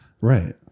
Right